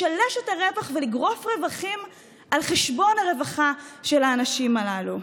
לשלש את הרווח ולגרוף רווחים על חשבון הרווחה של האנשים הללו.